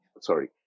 sorry